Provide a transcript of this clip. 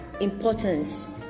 importance